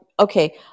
Okay